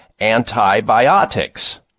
antibiotics